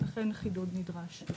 לכן החידוד נדרש.